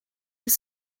his